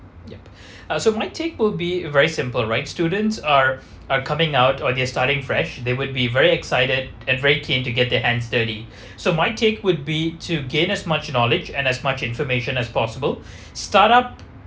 yup uh so my take will be very simple right students are are coming out or they're starting fresh they would be very excited and very keen to get their hand dirty so my take would be to gain as much knowledge and as much information as possible start up